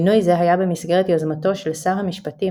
מינוי זה היה במסגרת יוזמתו של שר המשפטים,